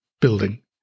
building